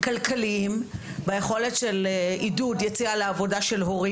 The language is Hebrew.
כלכליים ביכולת של עידוד הורים ליציאה לעבודה,